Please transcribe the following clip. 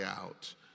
out